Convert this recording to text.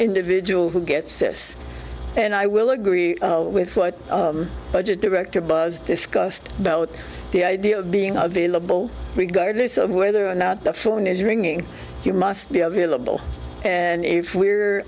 individual who gets this and i will agree with what budget director buzz discussed about the idea of being available regardless of whether or not the phone is ringing you must be available and if we